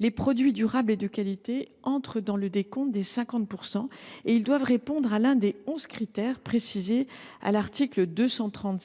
Les produits durables et de qualité entrant dans le décompte des 50 % doivent répondre à l’un des onze critères précisés à l’article L. 230